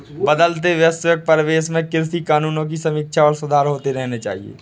बदलते वैश्विक परिवेश में कृषि कानूनों की समीक्षा और सुधार होते रहने चाहिए